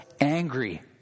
angry